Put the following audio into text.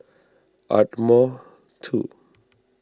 Ardmore two